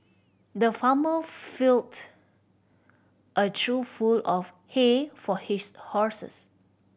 the farmer filled a trough full of hay for his horses